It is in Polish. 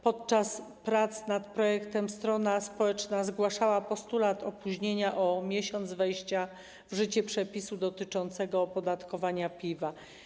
Podczas prac nad projektem strona społeczna zgłaszała postulat opóźnienia o miesiąc wejścia w życie przepisu dotyczącego opodatkowania piwa.